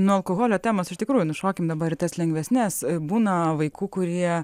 nuo alkoholio temos iš tikrųjų nešokime dabartės lengvesnes būna vaikų kurie